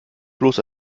bloß